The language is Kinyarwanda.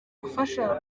gufasha